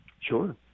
Sure